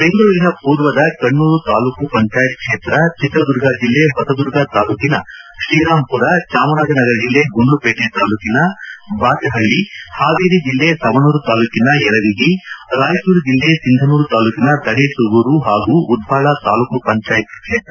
ಬೆಂಗಳೂರಿನ ಪೂರ್ವದ ಕಣ್ಣೂರು ತಾಲೂಕು ಪಂಚಾಯತ್ ಕ್ಷೇತ್ರ ಚಿತ್ರದುರ್ಗ ಬಿಲ್ಲೆ ಹೊಸದುರ್ಗ ತಾಲೂಕಿನ ತ್ರೀರಾಮ್ಪುರ ಚಾಮರಾಜನಗರ ಜಿಲ್ಲೆ ಗುಂಡ್ಲುಪೇಟೆ ತಾಲೂಕಿನ ಬಾಚಹಳ್ಳಿ ಹಾವೇರಿ ಜಿಲ್ಲೆ ಸವಣೂರ ತಾಲೂಕಿನ ಯಲವಿಗಿ ರಾಯಚೂರು ಜಿಲ್ಲೆ ಸಿಂಧನೂರು ತಾಲೂಕಿನ ದಡೇಸೂಗೂರು ಹಾಗೂ ಉದ್ದಾಳ ತಾಲೂಕು ಪಂಚಾಯತ್ ಕ್ಷೇತ್ರ